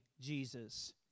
Jesus